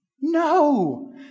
No